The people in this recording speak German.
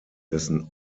dessen